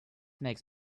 makes